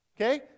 okay